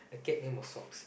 the cat name was socks